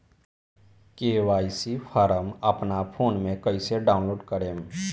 KYC form अपना phone मे कइसे डाऊनलोड करेम?